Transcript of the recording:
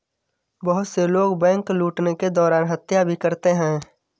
बहुत से लोग बैंक लूटने के दौरान हत्या भी करते हैं